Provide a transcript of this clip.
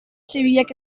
zibilek